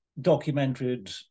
documented